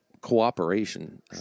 cooperation